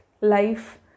life